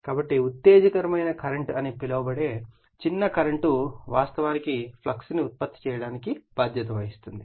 కాబట్టి ఉత్తేజకరమైన కరెంట్ అని పిలువబడే చిన్న కరెంట్ వాస్తవానికి ఫ్లక్స్ను ఉత్పత్తి చేయడానికి బాధ్యత వహిస్తుంది